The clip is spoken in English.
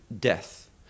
death